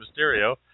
Mysterio